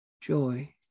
Joy